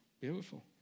Beautiful